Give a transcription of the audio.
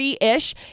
ish